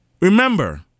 Remember